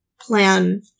plan